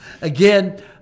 again